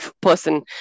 person